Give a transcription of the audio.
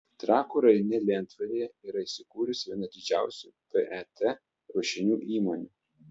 trakų rajone lentvaryje yra įsikūrusi viena didžiausių pet ruošinių įmonių